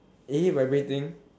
vibrating